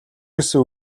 гэсэн